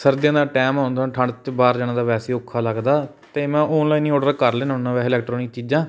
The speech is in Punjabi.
ਸਰਦੀਆਂ ਦਾ ਟੈਮ ਆਉਂਦਾ ਠੰਢ 'ਚ ਬਾਹਰ ਜਾਣਾ ਤਾਂ ਵੈਸੇ ਔਖਾ ਲੱਗਦਾ ਤਾਂ ਮੈਂ ਓਨਲੈਨ ਹੀ ਓਡਰ ਕਰ ਲੈਂਦਾ ਹੁੰਦਾ ਵੈਸੇ ਇਲੈਕਟਰੋਨਿਕ ਚੀਜ਼ਾਂ